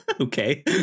Okay